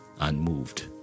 unmoved